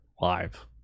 live